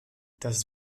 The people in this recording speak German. das